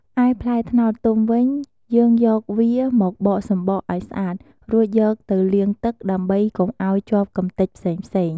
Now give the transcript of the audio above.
ឯផ្លែត្នោតទុំវិញ យើងយកវាមកបកសម្បកឱ្យស្អាត រួចយកទៅលាងទឹក ដើម្បីកុំឱ្យជាប់កម្ទេចផ្សេងៗ។